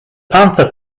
panther